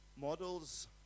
Models